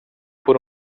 por